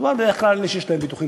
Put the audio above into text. מדובר בדרך כלל באנשים שיש להם ביטוחים